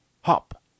Hop